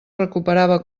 recuperava